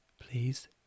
Please